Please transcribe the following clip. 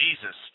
Jesus